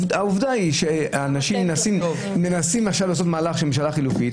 העובדה היא שמנסים לעשות עכשיו מהלך של ממשלה חלופית.